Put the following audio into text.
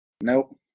nope